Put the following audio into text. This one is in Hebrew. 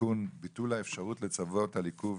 (תיקון - ביטול האפשרות לצוות על עיכוב